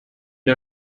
der